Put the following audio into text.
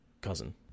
cousin